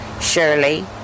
Shirley